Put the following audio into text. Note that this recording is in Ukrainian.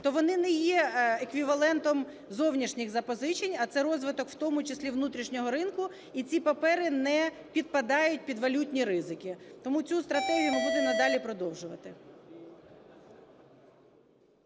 то вони не є еквівалентом зовнішніх запозичень, а це розвиток у тому числі внутрішнього ринку, і ці папери не підпадають під валютні ризики. Тому цю стратегію ми будемо надалі продовжувати.